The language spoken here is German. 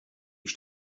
ich